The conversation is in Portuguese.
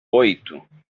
oito